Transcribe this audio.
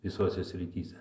visose srityse